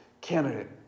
candidate